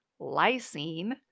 lysine